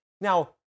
Now